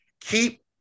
Keep